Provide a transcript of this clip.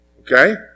Okay